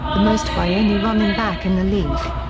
the most by any running back in the league.